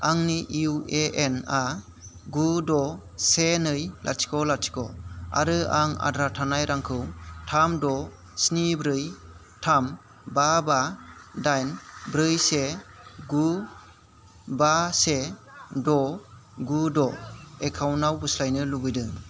आंनि इउ ए एन आ गु द' से नै लाथिख' लाथिख' आरो आं आदार थानाय रांखौ थाम द' स्नि ब्रै थाम बा बा दाइन ब्रै से गु बा से द' गु द' एकाउन्टाव बोस्लायनो लुबैदों